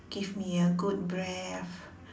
give me a good breath